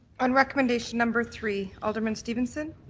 on recommendation number three, alderman stevenson.